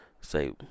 say